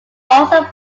also